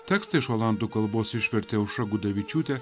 tekstą iš olandų kalbos išvertė aušra gudavičiūtė